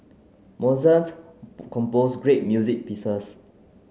Mozart composed great music pieces